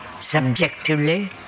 subjectively